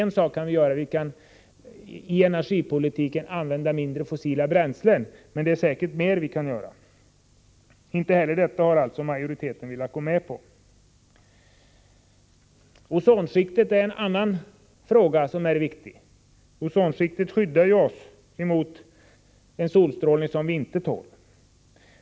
Naturligtvis kan vi i energipolitiken använda fossila bränslen i mindre utsträckning, men det är säkert mer vi kan göra. Inte heller detta har majoriteten velat gå med på. Frågan om ozonskiktet är också viktig. Ozonskiktet skyddar oss mot solstrålning som vi inte tål.